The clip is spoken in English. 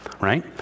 right